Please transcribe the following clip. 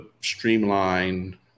streamline